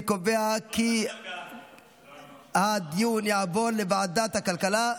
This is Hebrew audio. אני קובע כי הדיון יעבור לוועדת הכלכלה,